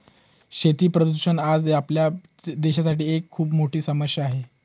शेती प्रदूषण आज आपल्या देशासाठी एक खूप मोठी समस्या आहे